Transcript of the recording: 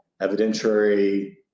evidentiary